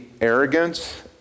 arrogance